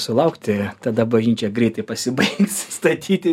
sulaukti tada bažnyčia greitai pasibaigs statyti